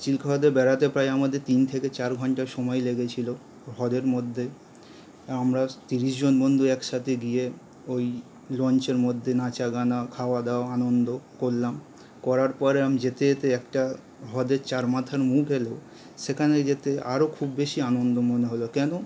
চিল্কা হ্রদে বেড়াতে প্রায় আমাদের তিন থেকে চার ঘন্টা সময় লেগেছিল হ্রদের মধ্যে আমরা তিরিশ জন বন্ধু একসাথে গিয়ে ওই লঞ্চের মধ্যে নাচা গানা খাওয়াদাওয়া আনন্দ করলাম করার পরে আম যেতে যেতে একটা হ্রদের চার মাথার মুখ এলো সেখানে যেতে আরও খুব বেশি আনন্দ মনে হলো কেন